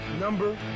Number